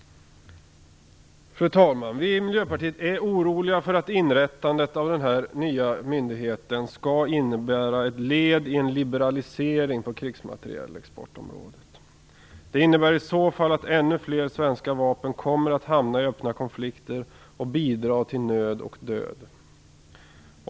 Fru talman! Vi i Miljöpartiet är oroliga för att inrättandet av den nya myndigheten skall innebära ett led i en liberalisering på krigsmaterielexportområdet. Det innebär i så fall att ännu fler svenska vapen kommer att hamna i öppna konflikter och bidra till nöd och död.